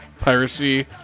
piracy